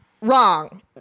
wrong